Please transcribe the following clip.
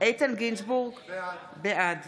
איתן גינזבורג, בעד